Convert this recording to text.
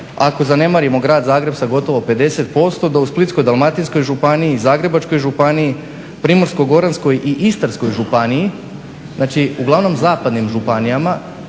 ako zanemarimo Grad Zagreb sa gotovo 50% da u Splitsko-dalmatinskoj županiji i Zagrebačkoj županiji, Primorsko-goranskoj i Istarskoj županiji, znači uglavnom zapadnim županijama